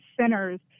centers